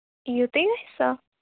یِتُے گژھِ سا